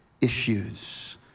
issues